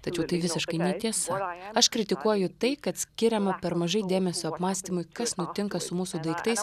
tačiau tai visiškai netiesa aš kritikuoju tai kad skiriama per mažai dėmesio apmąstymui kas nutinka su mūsų daiktais